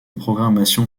programmation